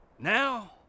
Now